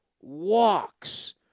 walks